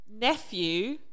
nephew